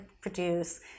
produce